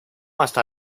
hasta